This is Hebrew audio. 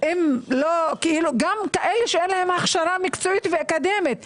גם כאלו שאין להן הכשרה מקצועית ואקדמית.